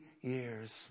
years